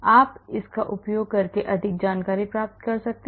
आप इसका उपयोग करके अधिक जानकारी प्राप्त कर सकते हैं